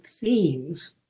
themes